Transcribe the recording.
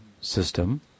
system